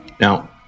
Now